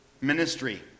ministry